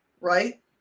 right